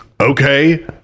okay